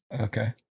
okay